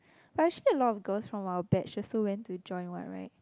but actually a lot of girls from our batch also went to join [what] [right]